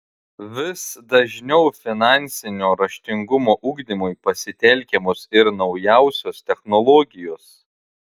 vis dažniau finansinio raštingumo ugdymui pasitelkiamos ir naujausios technologijos